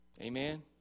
Amen